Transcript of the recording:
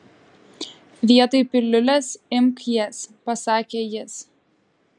vietoj piliulės imk jas pasakė jis